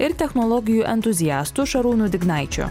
ir technologijų entuziastu šarūnu dignaičiu